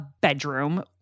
bedroom